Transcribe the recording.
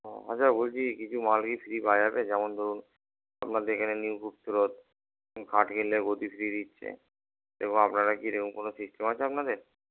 ও আচ্ছা বলছি কিছু মাল কি ফ্রি পাওয়া যাবে যেমন ধরুন আপনাদের এখানে নিউ খাট কিনলে গদি ফ্রি দিচ্ছে আপনারা কি এরকম কোনো সিস্টেম আছে আপনাদের